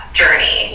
journey